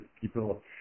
people